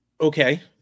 okay